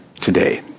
today